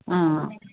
ಹಾಂ